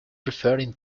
referring